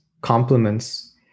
compliments